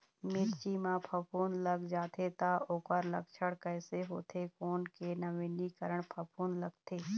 मिर्ची मा फफूंद लग जाथे ता ओकर लक्षण कैसे होथे, कोन के नवीनीकरण फफूंद लगथे?